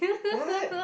what